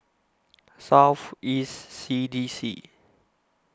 South East C D C